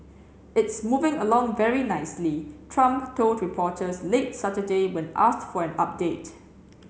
it's moving along very nicely Trump told reporters late Saturday when asked for an update